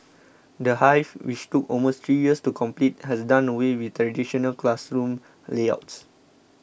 the Hive which took almost three years to complete has done away with traditional classroom layouts